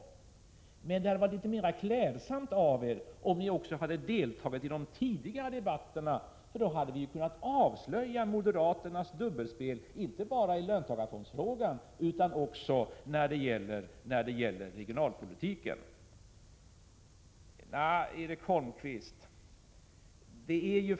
Det hade emellertid varit litet mera klädsamt av er om ni också hade deltagit i de tidigare debatterna, för då hade vi kunnat avslöja moderaternas dubbelspel inte bara i löntagarfondsfrågan utan också när det gäller regionalpolitiken.